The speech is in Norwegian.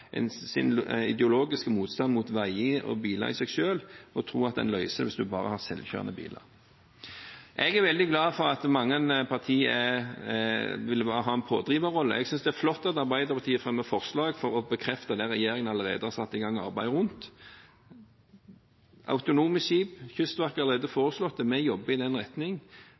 en bare har selvkjørende biler. Jeg er veldig glad for at mange partier vil ha en pådriverrolle. Jeg synes det er flott at Arbeiderpartiet fremmer forslag for å bekrefte det regjeringen allerede har satt i gang arbeidet rundt. Autonome skip – Kystvakten har allerede foreslått det, og vi jobber i den retning.